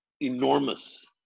enormous